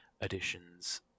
additions